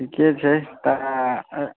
सब तऽ मानि लिअ बीस परसेंट तऽ सब दै छै आहाँ कते देबै